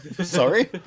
Sorry